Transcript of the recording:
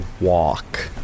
walk